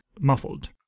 muffled